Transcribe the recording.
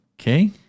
Okay